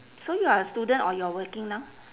so you're a student or you're working now